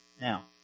Now